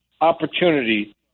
opportunity